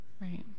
Right